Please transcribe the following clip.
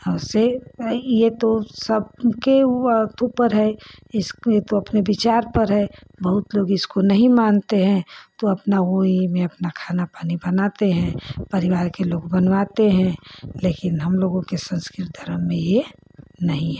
और उससे ये तो सबके अथु पर है ये तो अपने विचार पर है बहुत लोग इसको नहीं मानते हैं तो अपना वो ही में खाना पानी बनाते हैं परिवार के लोग बनवाते हैं लेकिन हम लोग के संस्कृत धर्म में ये नहीं है